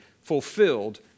fulfilled